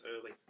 early